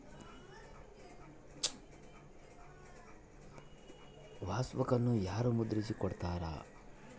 ಪಾಸ್ಬುಕನ್ನು ಯಾರು ಮುದ್ರಿಸಿ ಕೊಡುತ್ತಾರೆ?